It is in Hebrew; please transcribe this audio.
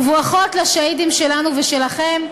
וברכות לשהידים שלנו ושלכם,